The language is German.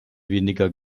weniger